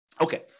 Okay